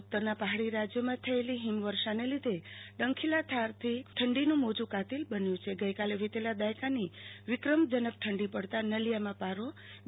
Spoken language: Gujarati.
ઉત્તરના પહાડી રાજયોમાં થયેલી હિમવર્ષાને લીધે ડંખીલા ઠારથી ઠંડીનું મોજુ કાતિલ બન્યું છે ગઈકાલે વિતેલા દાયકાની વિક્રમી ઠંડી પડતા નલિયામાં પારો ર